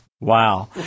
Wow